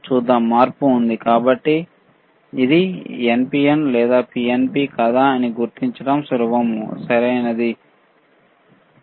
చూద్దాం మార్పు ఉంది కాబట్టి ఇది ఎన్పిఎన్ లేదా పిఎన్పి కాదా అని గుర్తించడం సులభం సరియైనదా